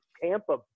Tampa